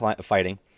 fighting